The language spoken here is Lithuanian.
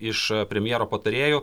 iš premjero patarėjų